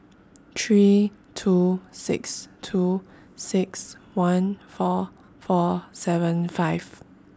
three two six two six one four four seven five